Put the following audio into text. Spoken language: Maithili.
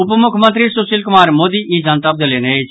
उपमुख्यमंत्री सुशील कुमार मोदी ई जनतब देलनि अछि